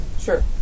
sure